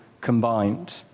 combined